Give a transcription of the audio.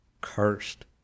Cursed